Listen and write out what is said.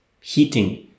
heating